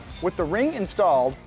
with the ring installed,